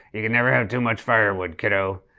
you can never have too much firewood, kiddo.